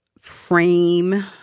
frame